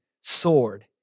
sword